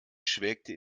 schwelgte